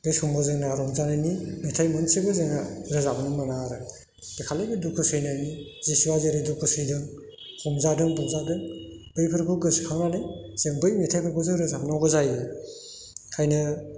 बे समाव जोंना रंजानायनि मेथाइ मोनसेबो जोंहा रोजाबनो मोना आरो बे खालि बे दुखु सैनायनि जिसुआ जेरै दुखु सैदों हमजादों बुजादों बैफोरखौ गोसो खांनानै जों बै मेथाइफोरखौ जों रोजाबनांगौ जायो ओंखायनो